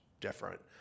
different